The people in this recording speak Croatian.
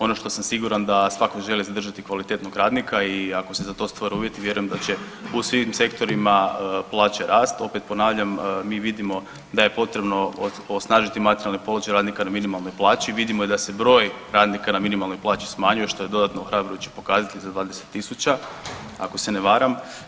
Ono što sam siguran da svatko želi zadržati kvalitetnog radnika i ako se za to stvore uvjeti vjerujem da će u svim sektorima plaće rast, opet ponavljam mi vidimo da je potrebno osnažiti materijalni položaj radnika na minimalnoj plaći, vidimo da se i broj radnika na minimalnoj plaći smanjuje što je dodatno ohrabrujući pokazatelj za 20.000 ako se ne varam.